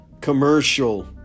commercial